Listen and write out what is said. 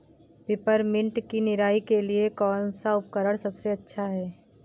Peppermint की निराई के लिए कौन सा उपकरण सबसे अच्छा है?